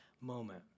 moment